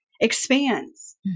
expands